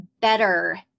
better